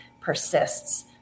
persists